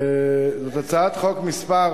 זו הצעת חוק מס'